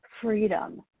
Freedom